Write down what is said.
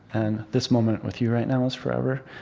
and this moment with you right now is forever.